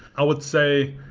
i would say,